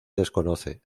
desconoce